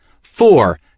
Four